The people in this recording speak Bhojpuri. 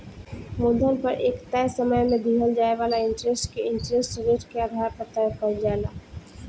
मूलधन पर एक तय समय में दिहल जाए वाला इंटरेस्ट के इंटरेस्ट रेट के आधार पर तय कईल जाला